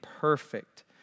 perfect